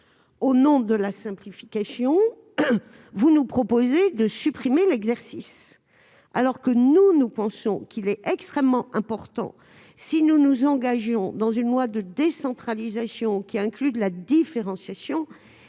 Au nom de la simplification, vous nous proposez de supprimer l'exercice, alors qu'il nous semble extrêmement important, si nous nous engagions dans une loi de décentralisation incluant de la différenciation,